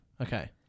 Okay